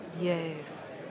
Yes